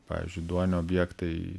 pavyzdžiui duonio objektai